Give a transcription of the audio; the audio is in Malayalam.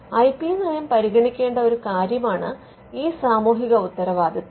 ഐ പി നയം പരിഗണിക്കേണ്ട ഒരു കാര്യമാണ് ഈ സാമൂഹിക ഉത്തരവാദിത്തം